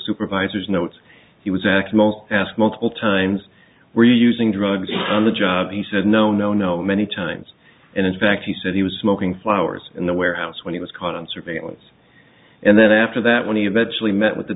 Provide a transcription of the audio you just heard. supervisor's notes he was akmal asked multiple times where using drugs on the job he said no no no many times and in fact he said he was smoking flowers in the warehouse when he was caught on surveillance and then after that when he eventually met with the